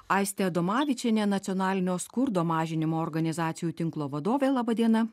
aistė adomavičienė nacionalinio skurdo mažinimo organizacijų tinklo vadovė laba diena